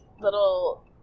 little